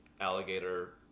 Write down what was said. alligator